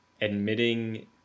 admitting